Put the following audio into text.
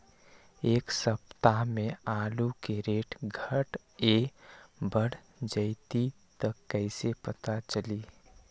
एक सप्ताह मे आलू के रेट घट ये बढ़ जतई त कईसे पता चली?